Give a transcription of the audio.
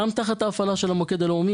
גם תחת ההפעלה של המוקד הלאומי,